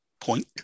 point